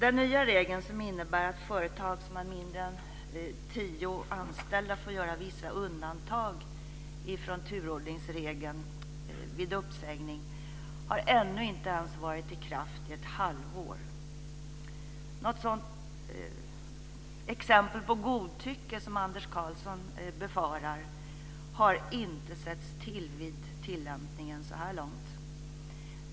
Den nya regeln, som innebär att företag som har mindre än tio anställda får göra vissa undantag från turordningsregeln vid uppsägning, har ännu inte ens varit i kraft ett halvår. Något exempel på ett sådant godtycke som Anders Karlsson befarar har inte setts till vid tillämpningen så här långt.